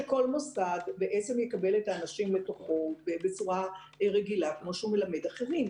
שכל מוסד בעצם יקבל את האנשים לתוכו בצורה רגילה כמו שהוא מלמד אחרים.